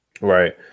Right